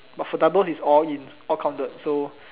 but for double is all in all counted so